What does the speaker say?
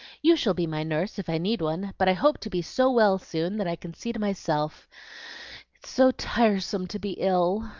you shall be my nurse, if i need one but i hope to be so well soon that i can see to myself. it's so tiresome to be ill!